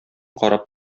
карап